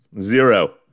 zero